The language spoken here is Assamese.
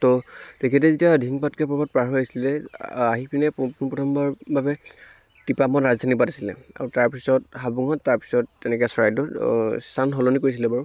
ত' তেখেতে যেতিয়া দিহিং পাটকাই পৰ্বত পাৰ হৈ আহিছিলে আহি পিনে পোন পোন প্ৰথমবাৰৰ বাবে তিপামত ৰাজধানী পাতিছিলে আৰু তাৰ পিছত হাবুঙত তাৰ পিছত তেনেকৈ চৰাইদেউত স্থান সলনি কৰিছিলে বাৰু